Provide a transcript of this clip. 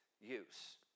use